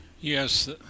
Yes